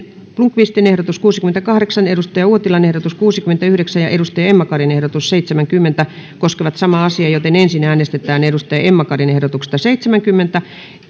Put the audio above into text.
blomqvistin ehdotus kuusikymmentäkahdeksan kari uotilan ehdotus kuusikymmentäyhdeksän ja emma karin ehdotus seitsemänkymmentä koskevat samaa asiaa ensin äänestetään ehdotuksesta seitsemänkymmentä